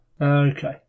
Okay